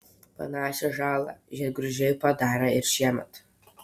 panašią žalą žiedgraužiai padarė ir šiemet